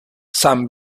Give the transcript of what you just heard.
saint